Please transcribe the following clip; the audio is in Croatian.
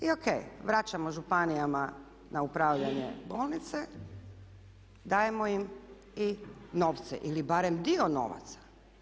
I ok, vraćamo županijama na upravljanje bolnice, dajemo im i novce ili barem dio novaca.